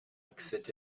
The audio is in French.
etc